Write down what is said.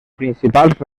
principals